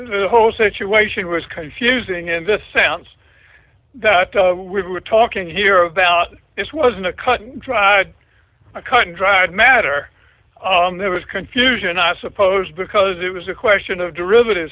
the whole situation was confusing in the sense that we're talking here about this wasn't a cut and dried cut and dried matter there was confusion i suppose because it was a question of derivative